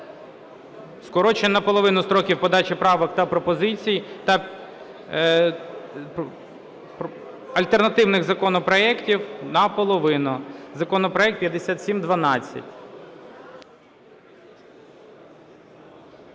Скорочення наполовину строків подачі правок та пропозицій, альтернативних законопроектів, наполовину, законопроект 5712.